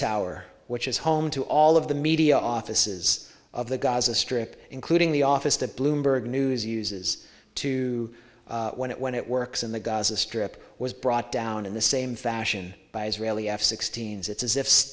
tower which is home to all of the media offices of the gaza strip including the office that bloomberg news uses to when it when it works in the gaza strip was brought down in the same fashion by israeli f sixteen zits as if